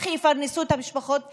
איך יפרנסו את המשפחות שלהם?